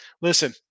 Listen